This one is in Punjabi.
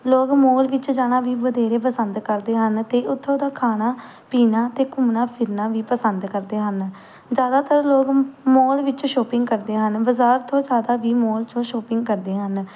ਲੋਕ ਮੌਲ ਵਿੱਚ ਜਾਣਾ ਵੀ ਵਧੇਰੇ ਪਸੰਦ ਕਰਦੇ ਹਨ ਅਤੇ ਉੱਥੋਂ ਦਾ ਖਾਣਾ ਪੀਣਾ ਅਤੇ ਘੁੰਮਣਾ ਫਿਰਨਾ ਵੀ ਪਸੰਦ ਕਰਦੇ ਹਨ ਜ਼ਿਆਦਾਤਰ ਲੋਕ ਮੌਲ ਵਿੱਚੋਂ ਸ਼ੋਪਿੰਗ ਕਰਦੇ ਹਨ ਬਾਜ਼ਾਰ ਤੋਂ ਜ਼ਿਆਦਾ ਵੀ ਮੋਲ ਚੋਂ ਸ਼ੋਪਿੰਗ ਕਰਦੇ ਹਨ